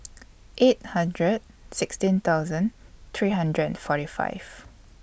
eight hundred sixteen thousand three hundred and forty five